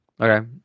Okay